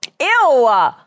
Ew